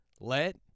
Let